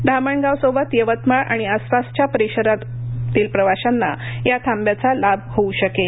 धामणगाव सोबत यवतमाळ आणि आसपासच्या परिसरातील प्रवाशांना या थांब्याचा लाभ होऊ शकेल